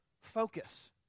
focus